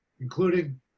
including